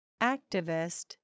Activist